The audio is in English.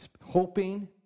hoping